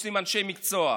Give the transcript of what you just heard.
שממליצים אנשי מקצוע.